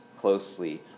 closely